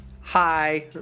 Hi